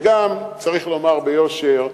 וגם צריך לומר ביושר,